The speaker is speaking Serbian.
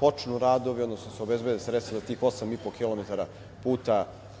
počnu radovi, odnosno da se obezbede sredstva za tih osam i po kilometara puta